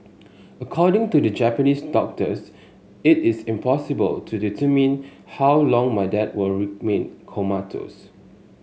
according to the Japanese doctors it is impossible to determine how long my dad will remain comatose